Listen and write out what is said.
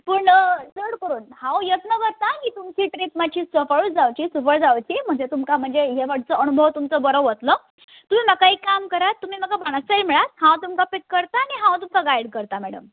पूण चड करून हांव यत्न करता की तुमची ट्रीप मात्शी सफळूत जावची सुफळ जावची म्हणजे तुमकां म्हणजे हे फावटचो अणभव तुमचो बरो वत्लो तुमी म्हाका एक काम करा तुमी म्हाका बाणास्तारी मेळात हांव तुमकां पीक करता आनी हांव तुमकां गायड करता मॅडम